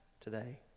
today